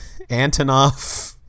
Antonov